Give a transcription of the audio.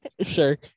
Sure